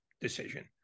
decision